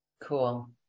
Cool